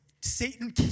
Satan